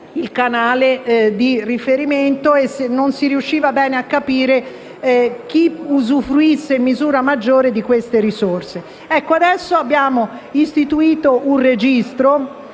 il canale di riferimento e non si riusciva a capire bene chi usufruisse in misura maggiore di queste risorse. Adesso abbiamo istituito un registro,